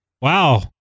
wow